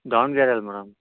ದಾವಣಗೆರೆ ಅಲ್ಲಿ ಮೇಡಮ್